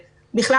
ובכלל,